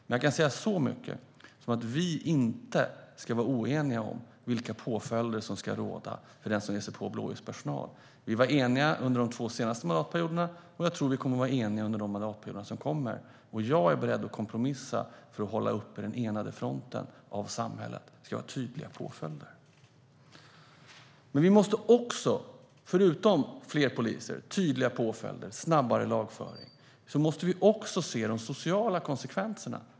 Men jag kan säga så mycket som att vi inte ska vara oeniga om vilka påföljder som ska gälla för dem som ger sig på blåljuspersonal. Vi var eniga under de senaste två mandatperioderna, och jag tror att vi kommer att vara eniga under de mandatperioder som kommer. Jag är beredd att kompromissa för att hålla uppe samhällets enade front att det ska vara tydliga påföljder. Förutom att ha fler poliser, tydliga påföljder och snabbare lagföring måste vi också se de sociala konsekvenserna.